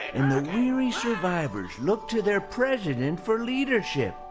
and the weary survivors looked to their president for leadership.